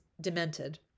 demented